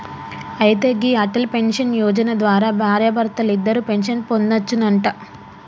అయితే గీ అటల్ పెన్షన్ యోజన ద్వారా భార్యాభర్తలిద్దరూ పెన్షన్ పొందొచ్చునంట